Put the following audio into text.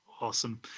awesome